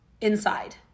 inside